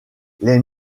les